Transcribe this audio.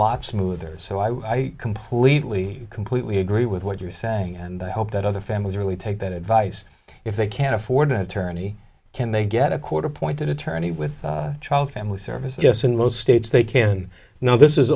lot smoother so i completely completely agree with what you're saying and i hope that other families really take that advice if they can't afford an attorney can they get a court appointed attorney with child family services yes in most states they can know this is